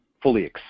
fully